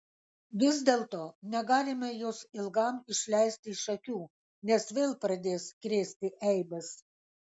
vis dėlto negalime jos ilgam išleisti iš akių nes vėl pradės krėsti eibes